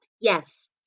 yes